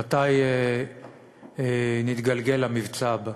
מתי נתגלגל למבצע הבא.